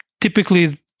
typically